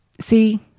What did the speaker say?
see